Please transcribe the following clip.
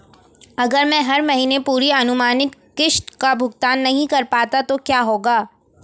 अगर मैं हर महीने पूरी अनुमानित किश्त का भुगतान नहीं कर पाता तो क्या होगा?